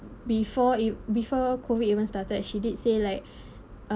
before it before COVID even started she did say like uh